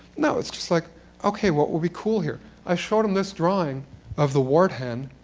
no. it's just like ok, what would be cool here? i showed him this drawing of the wart-hen,